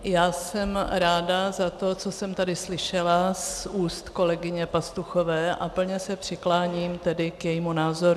Já jsem ráda za to, co jsem tady slyšela z úst kolegyně Pastuchové, a plně se přikláním k jejímu názoru.